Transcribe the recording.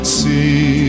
see